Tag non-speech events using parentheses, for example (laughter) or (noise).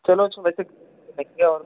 चलो अच्छा वैसे (unintelligible) और